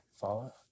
follow